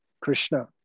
Krishna